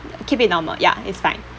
keep it normal ya it's fine